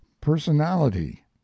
personality